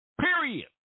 period